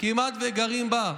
כמעט וגרים בה.